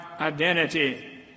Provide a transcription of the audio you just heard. identity